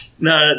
No